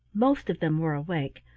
most of them were awake,